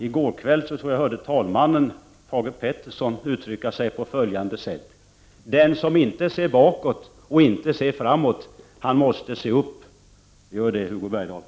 I går kväll hörde jag talmannen Thage Peterson uttrycka sig på följande sätt: Den som inte ser bakåt och inte ser framåt, han måste se upp. Gör det, Hugo Bergdahl!